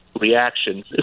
reaction